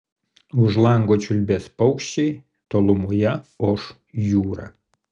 už lango čiulbės paukščiai tolumoje oš jūra